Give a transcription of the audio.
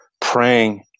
praying